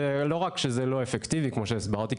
לא רק שזה לא אפקטיבי כמו שהסברתי,